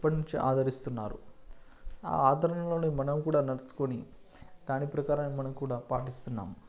ఎప్పటి నుంచో ఆదరిస్తున్నారు ఆ ఆదరణలో మనం కూడా నడుచుకొని దాని ప్రకారం మనం కూడా పాటిస్తున్నాం